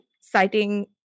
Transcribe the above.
citing